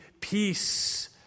peace